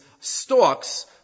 stalks